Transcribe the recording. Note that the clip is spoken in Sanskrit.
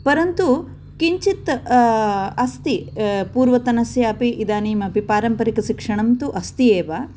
परन्तु किञ्चित् अस्ति पूर्वतनस्यापि इदानीमपि पारम्परिकशिक्षणं तु अस्ति एव